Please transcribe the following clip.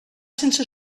sense